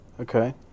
Okay